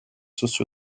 socio